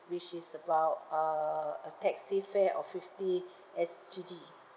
which is about uh a taxi fare of fifty S_G_D